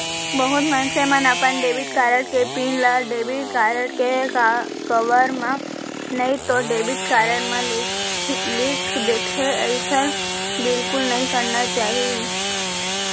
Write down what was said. बहुत मनसे मन अपन डेबिट कारड के पिन ल डेबिट कारड के कवर म नइतो डेबिट कारड म लिख देथे, अइसन बिल्कुल नइ करना चाही